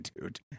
dude